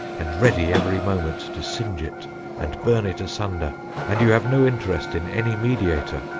and ready every moment to singe it and burn it asunder and you have no interest in any mediator,